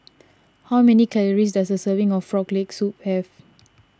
how many calories does a serving of Frog Leg Soup have